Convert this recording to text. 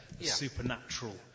supernatural